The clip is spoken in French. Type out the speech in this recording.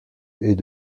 est